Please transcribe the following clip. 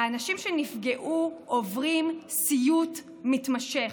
האנשים שנפגעו עוברים סיוט מתמשך,